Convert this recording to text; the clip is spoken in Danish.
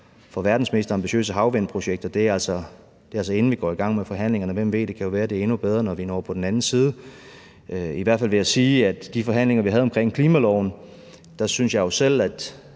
for verdens mest ambitiøse havvindprojekt, og det er altså, inden vi går i gang med forhandlingerne, og hvem ved, måske er det endnu bedre, når vi når om på den anden side. I hvert fald vil jeg sige, at vedrørende de forhandlinger, vi havde om klimaloven, fremlagde jeg på vegne af